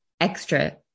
extra